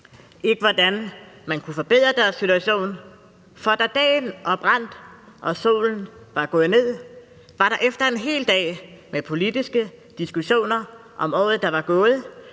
om, hvordan man kunne forbedre deres situation, for da dagen oprandt og solen var gået ned, var der efter en hel dag med politiske diskussioner om året, der var gået,